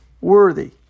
worthy